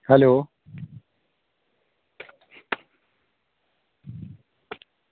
hello